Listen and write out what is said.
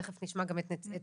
תיכף נשמע גם את הנציגים.